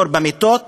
מחסור במיטות,